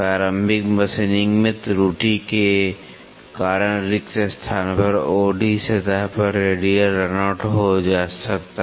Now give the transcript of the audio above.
प्रारंभिक मशीनिंग में त्रुटि के कारण रिक्त स्थान पर OD सतह पर रेडियल रन आउट हो सकता है